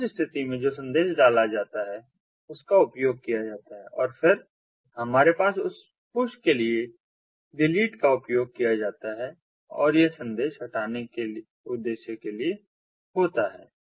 तो उस स्थिति में जो संदेश डाला जाता है उसका उपयोग किया जाता है और फिर हमारे पास उस पुश के लिए डिलीट का उपयोग किया जाता है और यह संदेश हटाने के उद्देश्य के लिए होता है